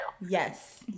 Yes